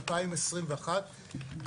2021,